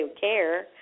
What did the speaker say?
care